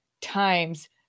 times